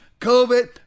COVID